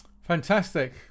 Fantastic